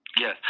Yes